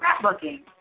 scrapbooking